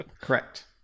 Correct